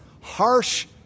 harsh